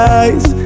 eyes